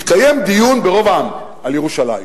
התקיים דיון ברוב עם על ירושלים,